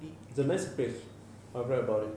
it's a nice place I've read about it